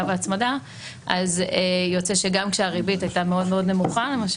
כך שכשהריבית עולה או יורדת כך גם הפיגורים יעלו או ירדו.